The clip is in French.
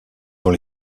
dans